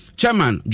chairman